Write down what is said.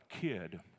kid